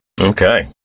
okay